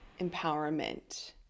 empowerment